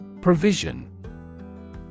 Provision